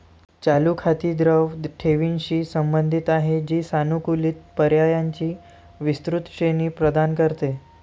चालू खाती द्रव ठेवींशी संबंधित आहेत, जी सानुकूलित पर्यायांची विस्तृत श्रेणी प्रदान करते